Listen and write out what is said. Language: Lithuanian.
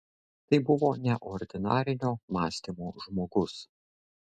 tai buvo neordinarinio mąstymo žmogus